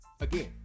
Again